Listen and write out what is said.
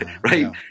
right